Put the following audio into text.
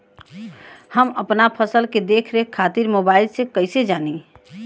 हम अपना फसल के देख रेख खातिर मोबाइल से कइसे जानी?